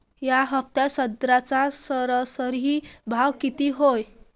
या हफ्त्यात संत्र्याचा सरासरी भाव किती हाये?